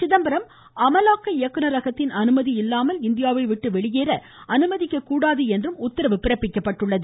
சிதம்பரம் அமலாக்க இயக்குநரகத்தின் அனுமதி இல்லாமல் இந்தியாவை விட்டு வெளியேற அனுமதிக்கக்கூடாது என்றும் உத்தரவு பிறப்பிக்கப்பட்டுள்ளது